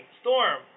Storm